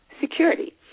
security